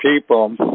people